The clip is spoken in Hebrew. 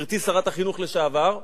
גברתי שרת החינוך לשעבר,